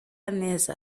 neza